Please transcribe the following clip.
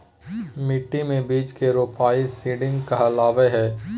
मिट्टी मे बीज के रोपाई सीडिंग कहलावय हय